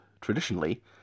traditionally